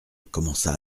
commença